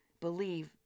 believe